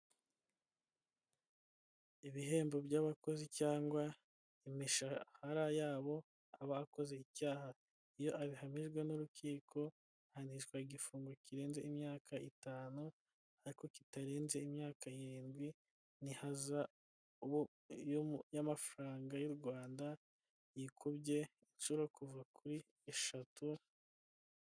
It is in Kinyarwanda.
Ibihembo by'abakozi cyangwa imishahara yabo aba akoze icyaha iyo abihamijwe n'urukiko ahanishwa igifungo kirenze imyaka itanu ariko kitarenze imyaka irindwi n'ihazahabu y'amafaranga y'u Rwanda yikubye isura kuva kuri eshatu.